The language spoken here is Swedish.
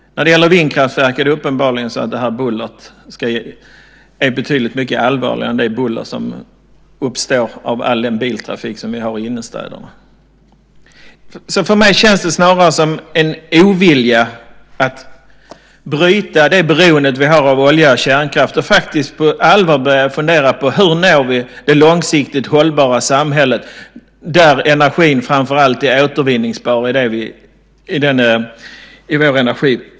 När det gäller vindkraftverk är bullret uppenbarligen betydligt mycket allvarligare än det buller som uppstår av all den biltrafik som vi har i innerstäderna. För mig känns det snarare som en ovilja att bryta det beroende vi har av olja och kärnkraft och på allvar börja fundera över hur vi når det långsiktigt hållbara samhället med en energipolitik där energin framför allt är återvinningsbar.